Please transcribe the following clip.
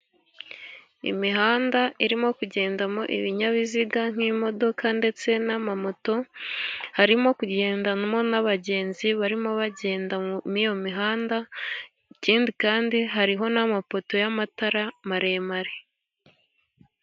Imihanda irimo kugendamo ibinyabiziga nk'imodoka ndetse n'amamoto, harimo kugendamo n'abagenzi barimo bagenda muri iyo mihanda ,ikindi kandi hariho n'amapoto y'amatara maremare.